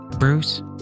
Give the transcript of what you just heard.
Bruce